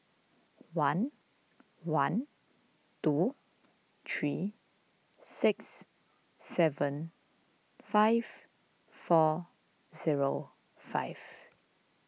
one one two three six seven five four zero five